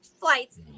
flights